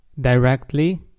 directly